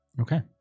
Okay